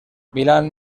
milán